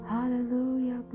Hallelujah